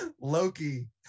Loki